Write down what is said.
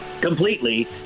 completely